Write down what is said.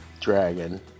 dragon